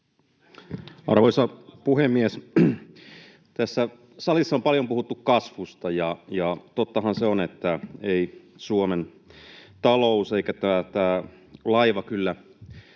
Arvoisa puhemies! Tässä salissa on paljon puhuttu kasvusta, ja tottahan se on, että ei Suomen talous eikä tämä laiva kyllä